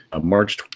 March